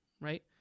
right